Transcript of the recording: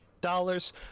dollars